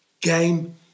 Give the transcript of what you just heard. game